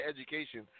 education